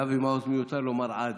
לאבי מעוז מיותר לומר "עד",